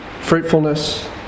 fruitfulness